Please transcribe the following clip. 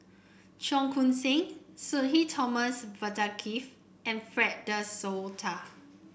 Cheong Koon Seng Sudhir Thomas Vadaketh and Fred De Souza